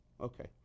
Okay